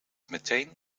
meteen